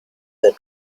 the